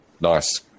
nice